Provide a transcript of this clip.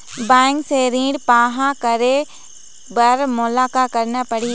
Bank से ऋण पाहां करे बर मोला का करना पड़ही?